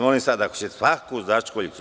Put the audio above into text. Molim vas, ako ćete svaku začkoljicu…